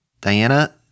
Diana